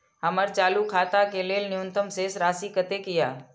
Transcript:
हमर चालू खाता के लेल न्यूनतम शेष राशि कतेक या?